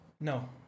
No